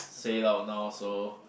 say it out now so